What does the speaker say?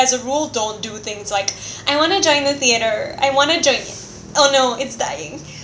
as a rule don't do things like I wanna join the theater I wanna j~ oh no it's dying